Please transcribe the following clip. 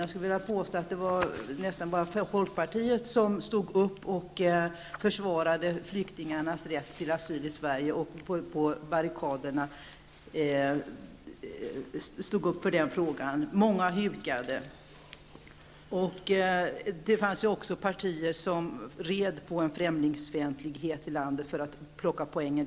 Jag skulle vilja påstå att det var nästan bara folkpartiet som stod upp på barrikaderna och försvarade flyktingarnas rätt till asyl i Sverige. Många hugade. Det fanns också partier som red på en främlingsfientlighet i landet för att plocka poänger.